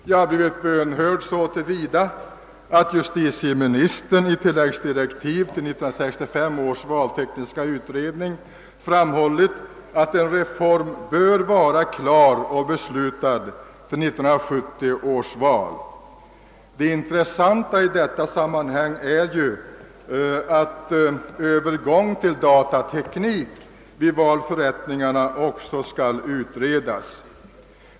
Jag har blivit bönhörd så till vida, att justitieministern i tilläggsdirektiv till 1965 års valtekniska utredning framhållit, att en reform bör vara klar och beslutad till 1970 års val. Av intresse i detta sammanhang är att övergång till datateknik vid valförrättningarna också skall utredas.